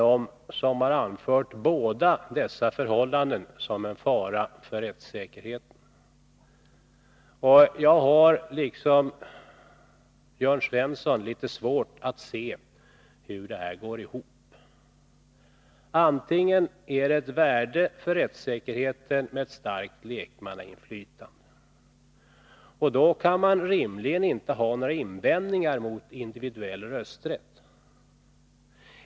de som anfört båda dessa förhållanden som en fara för rättssäkerheten. Jag har, liksom Jörn Svensson, litet svårt att se hur det går ihop. Antingen är ett starkt lekmannainflytande av värde för rättssäkerheten — och då kan man rimligen inte ha några invändningar mot individuell rösträtt.